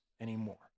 anymore